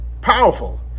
Powerful